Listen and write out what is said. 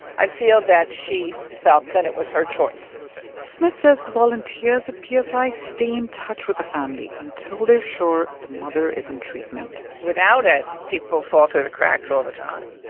i feel that she felt that it was her choice smith says the volunteers at psi stay in touch with the family until they're sure the mother is in treatment without it, people fall through the cracks all the time